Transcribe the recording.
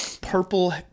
Purple